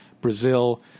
Brazil